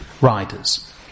riders